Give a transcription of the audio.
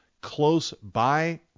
close-by